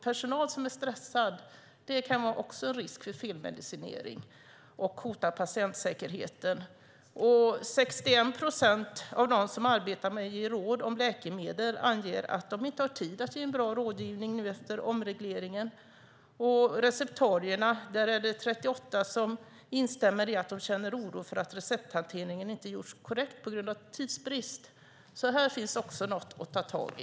Personal som är stressad kan också vara en risk för felmedicinering och hota patientsäkerheten. 61 procent av dem som arbetar med att ge råd om läkemedel anger att de inte har tid att ge bra rådgivning nu efter omregleringen. Bland receptarierna är det 38 procent som instämmer i att de känner oro för att recepthanteringen inte gjorts korrekt på grund av tidsbrist. Här finns alltså också något att ta tag i.